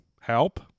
help